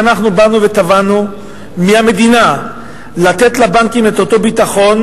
שאנחנו באנו ותבענו מהמדינה לתת לבנקים את אותו ביטחון